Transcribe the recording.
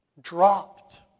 dropped